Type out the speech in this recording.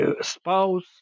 spouse